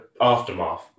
aftermath